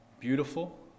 beautiful